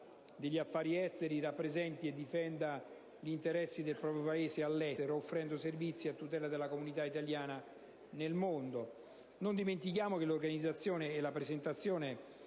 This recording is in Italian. degli affari esteri rappresenti e difenda gli interessi del nostro Paese all'estero, offrendo servizi a tutela della comunità italiana nel mondo. Non dimentichiamo che l'organizzazione e la presentazione